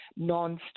nonstop